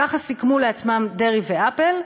ככה סיכמו לעצמם דרעי ואפל.